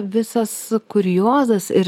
visas kuriozas ir